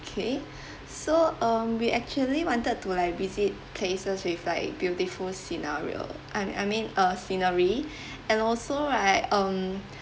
okay so um we actually wanted to like visit places with like beautiful scenario I I mean uh scenery and also right um